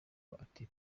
ati